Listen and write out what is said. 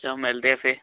ਚੱਲ ਮਿਲਦੇ ਆ ਫਿਰ